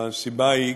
והסיבה היא: